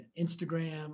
Instagram